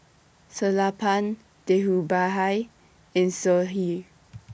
Sellapan Dhirubhai and Sudhir